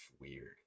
weird